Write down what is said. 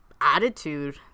attitude